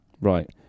Right